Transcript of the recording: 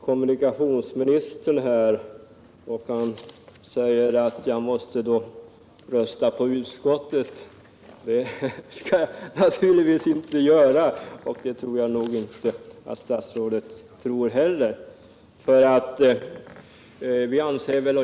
Kommunikationsministern säger att jag måste rösta med utskottet. Det skall jag naturligtvis inte göra, och det tror säkert inte statsrådet heller.